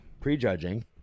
prejudging